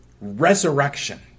resurrection